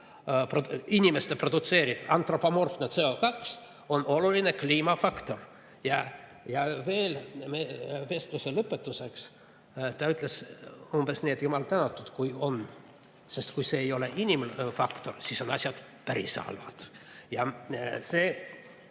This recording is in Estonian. inimeste produtseeritud, antropomorfne CO2on oluline kliimafaktor. Ja veel, vestluse lõpetuseks ta ütles umbes nii, et jumal tänatud, kui on, sest kui see ei ole inimfaktor, siis on asjad päris halvad. Me